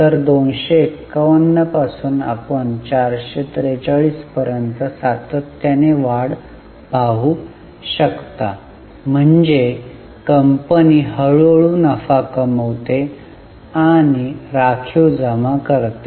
तर 251 पासून आपण 443 पर्यंत सातत्याने वाढ पाहू शकता म्हणजे कंपनी हळूहळू नफा कमावते आणि राखीव जमा करते